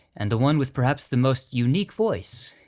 and the one with perhaps the most unique voice,